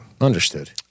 Understood